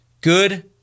good